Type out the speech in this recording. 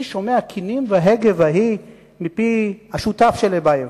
אני שומע קינים והגה והי מפי השותף של לבייב,